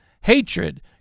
hatred